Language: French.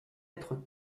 être